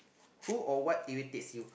who or what irritates you